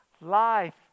life